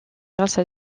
grâce